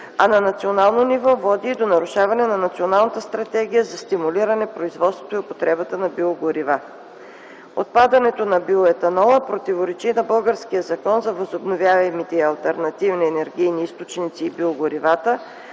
а на национално ниво води и до нарушаване на Националната стратегия за стимулиране производството и употребата на биогорива. Отпадането на биоетанола противоречи и на българския Закон за възобновяемите и алтернативни енергийни източници и биогоривата,